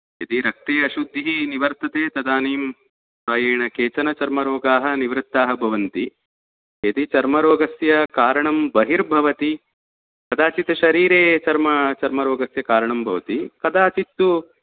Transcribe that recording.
यदि रक्ते अशुद्धिः निवर्तते तदानीं प्रायेण केचन चर्मरोगाः निवृत्ताः भवन्ति यदि चर्मरोगस्य कारणं बहिर्भवति कदचित् शरीरे चर्म चर्मरोगस्य कारणं भवति कदाचित्तु